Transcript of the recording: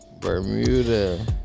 bermuda